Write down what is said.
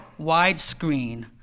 widescreen